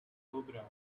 cobra